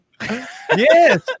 Yes